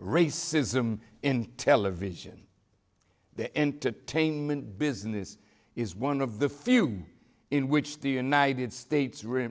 racism in television the entertainment business is one of the few in which the united states r